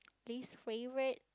least favourite